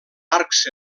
arcs